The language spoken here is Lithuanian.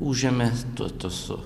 užėmė tu tuos su